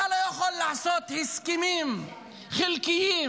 אתה לא יכול לעשות הסכמים חלקיים,